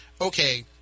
okay